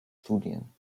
studien